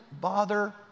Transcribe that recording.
bother